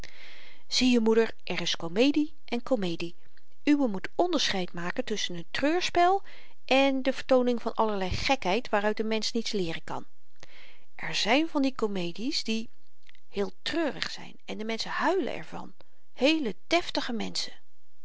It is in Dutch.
je moeder er is komedie en komedie uwe moet onderscheid maken tusschen n treurspel en de vertooning van allerlei gekheid waaruit n mensch niets leeren kan er zyn van die komedies die heel treurig zyn en de menschen huilen er van heele deftige menschen